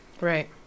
right